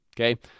Okay